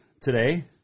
today